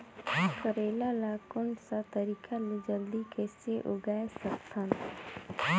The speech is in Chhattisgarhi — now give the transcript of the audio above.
करेला ला कोन सा तरीका ले जल्दी कइसे उगाय सकथन?